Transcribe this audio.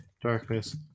Darkness